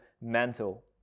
mantle